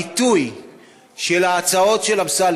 העיתוי של ההצעות של אמסלם,